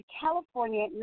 California